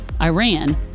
Iran